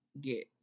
get